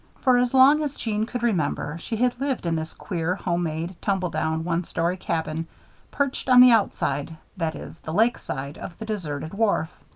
for as long as jeanne could remember, she had lived in this queer, home-made, tumble-down, one-story cabin perched on the outside that is, the lake side of the deserted wharf.